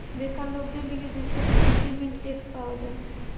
বেকার লোকদের লিগে যে সব ইমল্পিমেন্ট এক্ট পাওয়া যায়